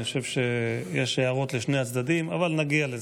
אני חושב שיש הערות לשני הצדדים, אבל נגיע לזה.